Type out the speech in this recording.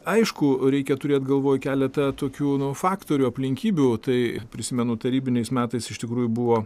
aišku reikia turėt galvoj keletą tokių nu faktorių aplinkybių tai prisimenu tarybiniais metais iš tikrųjų buvo